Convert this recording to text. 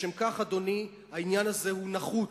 לשם כך, אדוני, העניין הזה הוא נחוץ.